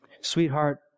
Sweetheart